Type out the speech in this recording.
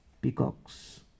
peacocks